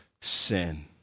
sin